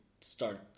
start